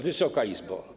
Wysoka Izbo!